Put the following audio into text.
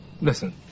Listen